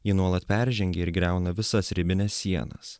ji nuolat peržengia ir griauna visas ribines sienas